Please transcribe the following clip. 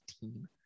team